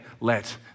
Let